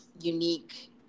unique